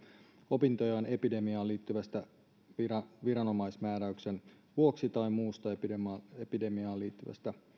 opintojaan epidemiaan liittyvän viranomaismääräyksen vuoksi tai muusta epidemiaan epidemiaan liittyvästä